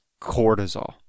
cortisol